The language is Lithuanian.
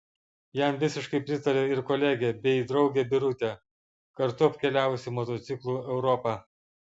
jam visiškai pritarė ir kolegė bei draugė birutė kartu apkeliavusi motociklu europą